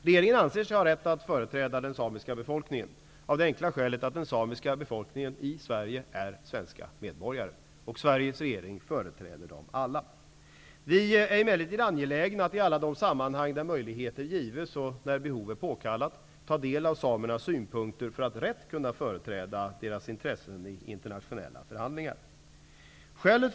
Regeringen anser sig ha rätt att företräda den samiska befolkningen, av det enkla skälet att den samiska befolkningen i Sverige är svenska medborgare. Sveriges regering företräder alla svenska medborgare. Vi är emellertid angelägna att i alla de sammanhang där möjligheter ges och när behov är påkallat ta del av samernas synpunkter för att rätt kunna företräda deras intressen vid internationella förhandlingar. Fru talman!